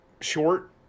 short